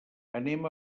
anem